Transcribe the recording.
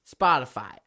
Spotify